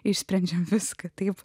išsprendžiame viską taip